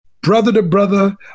brother-to-brother